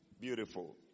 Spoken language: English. Beautiful